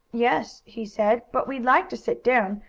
yes, he said. but we'd like to sit down.